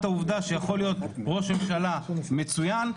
העובדה שיכול להיות ראש ממשלה מצוין,